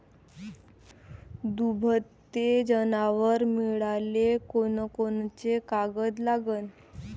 दुभते जनावरं मिळाले कोनकोनचे कागद लागन?